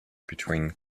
between